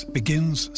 begins